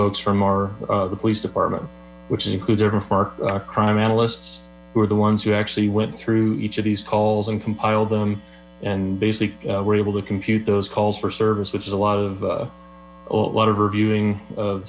folks from our police department which includes our crime analysts who were the ones who actually went through each of these calls and compiled them and basically we're able to compute those calls for service which is a lot of a lot of reviewing of